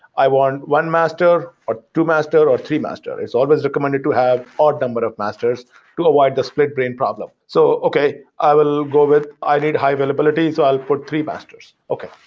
i want one master, or two master, or three master. it's always recommended to have odd number of masters to avoid the split-brain problem. so okay. i will go with i need high availability, so i'll put three masters. okay.